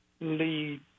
lead